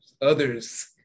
Others